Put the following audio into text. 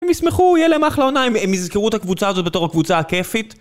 אם יסמכו יהיה להם אחלה עונה אם יזכרו את הקבוצה הזאת בתור הקבוצה הכיפית